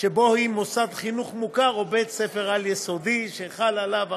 היא מוסד חינוך מוכר או בית-ספר על-יסודי שחל עליו החוק,